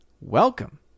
Welcome